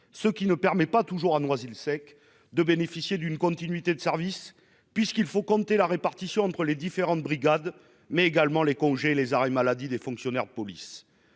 ce qui ne permet pas toujours à Noisy-le-Sec de bénéficier d'une continuité de service, puisqu'il faut compter avec la répartition entre les différentes brigades, mais aussi avec les congés et les arrêts maladie des fonctionnaires de police.